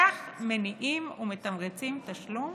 כך מניעים ומתמרצים תשלום